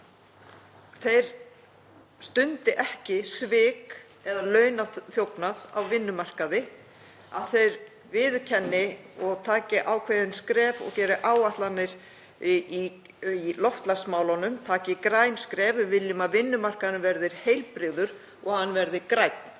2021 stundi ekki svik eða launaþjófnað á vinnumarkaði, að þeir viðurkenni og taki ákveðin skref og geri áætlanir í loftslagsmálum, taki græn skref. Við viljum að vinnumarkaðurinn verði heilbrigður og að hann verði grænn.